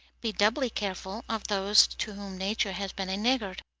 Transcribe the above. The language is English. be doubly careful of those to whom nature has been a niggard.